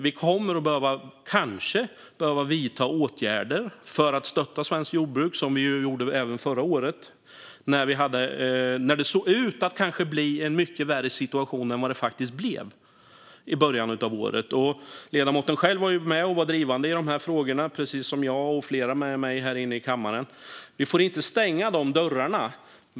Vi kommer kanske att behöva vidta åtgärder för att stötta svenskt jordbruk, vilket vi gjorde även förra året när det i början av året såg ut att bli en mycket värre situation än vad det faktiskt blev. Ledamoten var själv med och var drivande i dessa frågor, precis som jag och flera andra här i kammaren. Vi får inte stänga dessa dörrar.